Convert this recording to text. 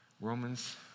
Romans